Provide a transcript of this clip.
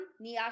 Niasha